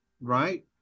Right